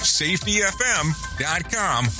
safetyfm.com